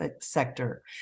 sector